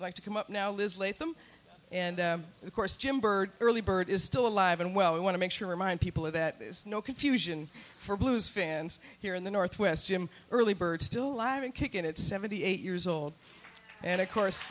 like to come up now liz late them and of course jim bird early bird is still alive and well we want to make sure remind people of that there's no confusion for blues fans here in the northwest jim early bird still alive and kicking at seventy eight years old and of course